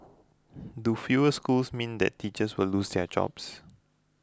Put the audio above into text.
do fewer schools mean that teachers will lose their jobs